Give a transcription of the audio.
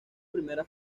primera